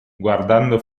guardando